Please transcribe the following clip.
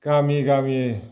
गामि गामि